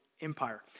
Empire